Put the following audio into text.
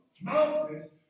mountains